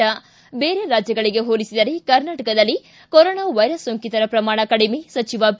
ು ಬೇರೆ ರಾಜ್ಯಗಳಿಗೆ ಹೋಲಿಸಿದರೆ ಕರ್ನಾಟಕದಲ್ಲಿ ಕೊರೊನಾ ವೈರಸ್ ಸೋಂಕಿತರ ಪ್ರಮಾಣ ಕಡಿಮೆ ಸಚಿವ ಬಿ